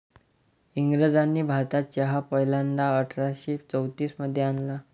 इंग्रजांनी भारतात चहा पहिल्यांदा अठरा शे चौतीस मध्ये आणला